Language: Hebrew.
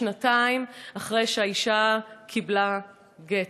שנתיים אחרי שהאישה קיבלה גט.